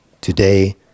today